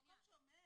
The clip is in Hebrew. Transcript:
אבל מקום שאומר